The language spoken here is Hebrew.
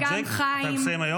-- וגם חיים -- אתה מסיים היום?